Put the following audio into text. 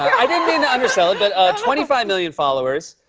i didn't mean to undersell it, but twenty five million followers.